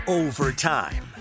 overtime